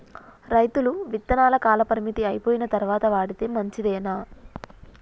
రైతులు విత్తనాల కాలపరిమితి అయిపోయిన తరువాత వాడితే మంచిదేనా?